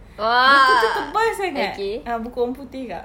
buku itu tebal sangat ah buku orang putih juga